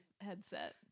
headset